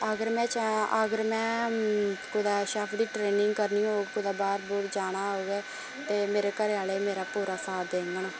अगर में अगर में कुतै शैफ दी ट्रेनिंग करनी होग कुतै बाहर जाना होग ते मेरे घरे आहले मेरा पूरा साथ देङन